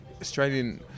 Australian